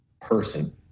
person